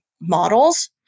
models